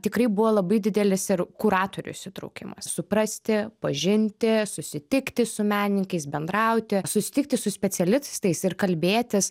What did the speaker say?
tikrai buvo labai didelis ir kuratorių įsitraukimas suprasti pažinti susitikti su menininkais bendrauti susitikti su specialistais ir kalbėtis